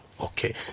Okay